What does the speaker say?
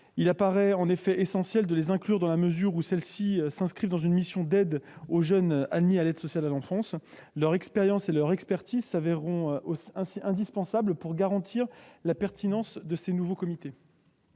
Il est essentiel qu'elles le soient, dans la mesure où elles remplissent une mission d'aide aux jeunes admis à l'aide sociale à l'enfance. Leur expérience et leur expertise s'avéreront indispensables pour garantir la pertinence de ces nouveaux comités.